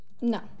No